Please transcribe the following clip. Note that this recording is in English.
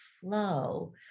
flow